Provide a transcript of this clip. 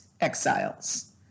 exiles